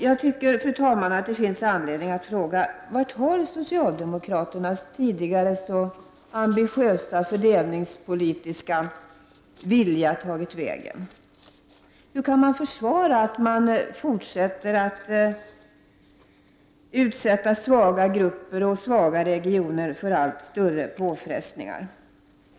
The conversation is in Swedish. Jag tycker, fru talman, att det finns anledning att fråga: Var har socialdemokraternas tidigare så ambitiösa fördelningspolitiska vilja tagit vägen? Hur kan man försvara att man fortsätter att utsätta svaga grupper och svaga regioner för allt större påfrestningar?